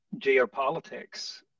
geopolitics